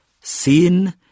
sin